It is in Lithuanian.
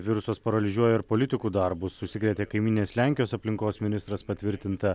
virusas paralyžiuoja ir politikų darbus užsikrėtė kaimyninės lenkijos aplinkos ministras patvirtinta